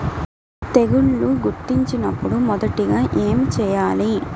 తెగుళ్లు గుర్తించినపుడు మొదటిగా ఏమి చేయాలి?